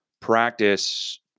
practice